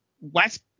West